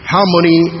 Harmony